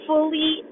Fully